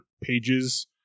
pages